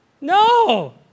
No